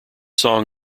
song